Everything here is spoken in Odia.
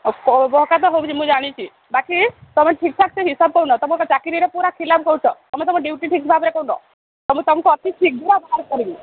ବକାତ ତ ହେଉଛି ମୁଁ ଜାଣିଛି ବାକି ତୁମେ ଠିକଠାକ ସେ ହିସାବ ଦେଉନ ତୁମ ଚାକିରୀରେ ପୁରା ଖିଲାପ କରୁଛ ତୁମେ ତୁମ ଡ୍ୟୁଟି ଠିକ୍ ଭାବରେ କରୁନ ମୁଁ ତୁମକୁ ଅଫିସ୍ରୁ ଶୀଘ୍ର ବାହାର କରିବି